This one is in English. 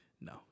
no